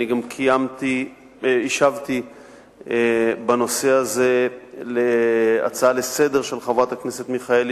וגם השבתי בנושא הזה על הצעה לסדר-היום של חברת הכנסת מיכאלי,